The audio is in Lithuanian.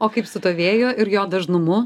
o kaip su tuo vėju ir jo dažnumu